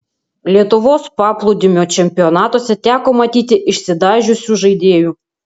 lietuvos paplūdimio čempionatuose teko matyti išsidažiusių žaidėjų